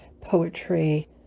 poetry